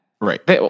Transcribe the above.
Right